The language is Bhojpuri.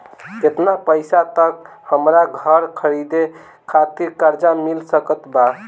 केतना पईसा तक हमरा घर खरीदे खातिर कर्जा मिल सकत बा?